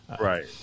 Right